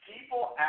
people